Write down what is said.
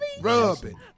rubbing